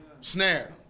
snare